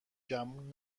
گمون